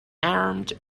armed